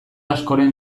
askoren